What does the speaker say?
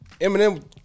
Eminem